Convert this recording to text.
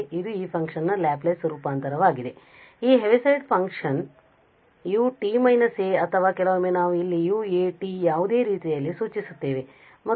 ಆದ್ದರಿಂದ ಇದು ಈ ಫಂಕ್ಷನ್ ನ ಲ್ಯಾಪ್ಲೇಸ್ ರೂಪಾಂತರವಾಗಿದೆ ಈ Heaviside function ut − a ಅಥವಾ ಕೆಲವೊಮ್ಮೆ ನಾವು ಇಲ್ಲಿ ua ಯಾವುದೇ ರೀತಿಯಲ್ಲಿ ಸೂಚಿಸುತ್ತೇವೆ